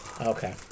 Okay